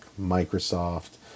Microsoft